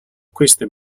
queste